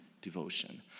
devotion